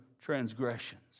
transgressions